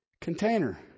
container